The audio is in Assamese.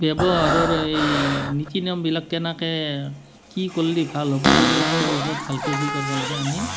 ব্যৱহাৰৰ এই নীতি নিয়মবিলাক কেনেকৈ কি কৰিলে ভাল হ'ব এইবিলাক তেওঁলোকক ভালকৈ কি কৰিব লাগে আমি